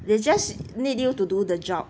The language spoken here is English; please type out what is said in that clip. they just need you to do the job